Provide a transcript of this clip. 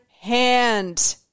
hand